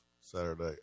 Saturday